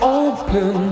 open